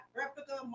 replica